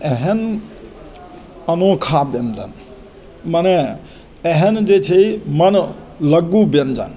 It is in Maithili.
एहन अनोखा व्यञ्जन मने एहन जे छै मनलगु व्यञ्जन